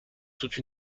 toute